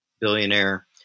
billionaire